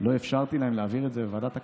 לא אפשרתי להם להעביר את זה לוועדת הכספים?